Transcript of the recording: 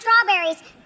strawberries